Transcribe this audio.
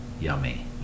yummy